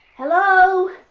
hello,